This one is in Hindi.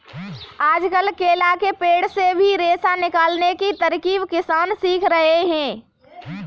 आजकल केला के पेड़ से भी रेशा निकालने की तरकीब किसान सीख रहे हैं